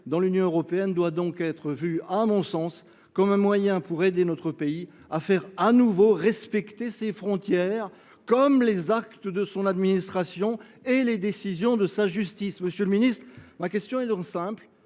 dans l’Union européenne doivent donc être vues, selon moi, comme un moyen pour aider notre pays à faire de nouveau respecter ses frontières, comme les actes de son administration et les décisions de sa justice. Monsieur le ministre, ma question est donc simple.